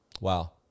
Wow